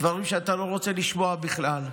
דברים שאתה לא רוצה לשמוע בכלל,